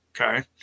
Okay